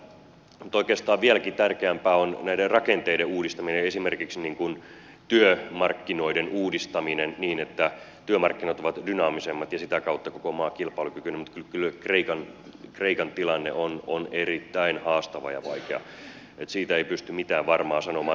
no se sitä yrittää mutta oikeastaan vieläkin tärkeämpää on näiden rakenteiden uudistaminen esimerkiksi työmarkkinoiden uudistaminen niin että työmarkkinat ovat dynaamisemmat ja sitä kautta koko maan kilpailukyky mutta kyllä kreikan tilanne on erittäin haastava ja vaikea siitä ei pysty mitään varmaan sanomaan